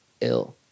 ill